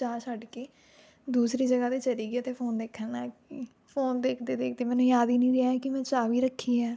ਚਾਹ ਛੱਡ ਕੇ ਦੂਸਰੀ ਜਗ੍ਹਾ 'ਤੇ ਚਲੀ ਗਈ ਅਤੇ ਫ਼ੋਨ ਦੇਖਣ ਲੱਗ ਗਈ ਫ਼ੋਨ ਦੇਖਦੇ ਦੇਖਦੇ ਮੈਨੂੰ ਯਾਦ ਹੀ ਨਹੀਂ ਰਿਹਾ ਕਿ ਮੈਂ ਚਾਹ ਵੀ ਰੱਖੀ ਹੈ